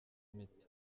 miti